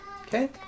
Okay